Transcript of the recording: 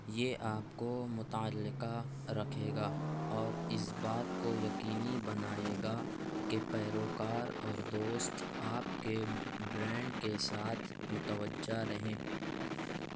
یہ آپ کو متعلقہ رکھے گا اور اس بات کو یقینی بنائے گا کہ پیروکار اور دوست آپ کے برانڈ کے ساتھ متوجہ رہے